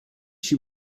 she